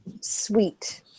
sweet